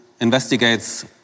investigates